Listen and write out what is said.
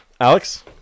Alex